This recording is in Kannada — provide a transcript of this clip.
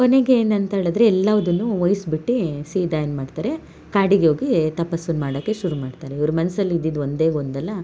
ಕೊನೆಗೆ ಏನು ಅಂತ ಹೇಳದ್ರೆ ಎಲ್ಲಾದನ್ನು ವಹಿಸ್ಬಿಟ್ಟು ಸೀದಾ ಏನು ಮಾಡ್ತಾರೆ ಕಾಡಿಗೆ ಹೋಗಿ ತಪಸ್ಸನ್ನು ಮಾಡೋಕ್ಕೆ ಶುರು ಮಾಡ್ತಾರೆ ಇವ್ರ ಮನ್ಸಲ್ಲಿ ಇದ್ದಿದ್ದು ಒಂದೇ ಗೊಂದಲ